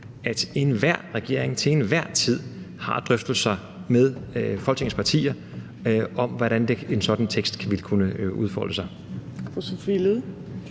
at en regering har drøftelser med Folketingets partier om, hvordan en sådan tekst vil kunne udformes.